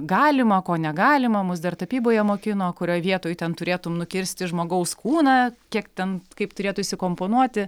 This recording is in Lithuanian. galima ko negalima mus dar tapyboje mokino kurioj vietoj ten turėtum nukirsti žmogaus kūną kiek ten kaip turėtų įsikomponuoti